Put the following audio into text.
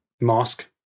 Mask